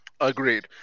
Agreed